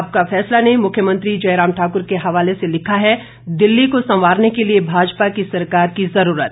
आपका फैसला ने मुख्यमंत्री जयराम ठाकुर के हवाले से लिखा है दिल्ली को संवारने के लिए भाजपा की सरकार की जरूरत